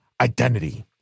identity